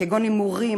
כגון הימורים,